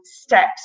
steps